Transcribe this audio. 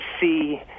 see